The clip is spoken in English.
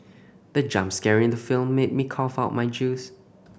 the jump scare in the film made me cough out my juice